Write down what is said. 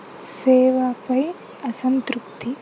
సేవాపై అసంతృప్తి